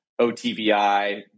OTVI